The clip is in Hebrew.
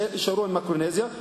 תישארו עם מיקרונזיה,